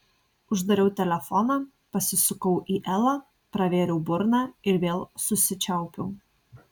uždariau telefoną pasisukau į elą pravėriau burną ir vėl susičiaupiau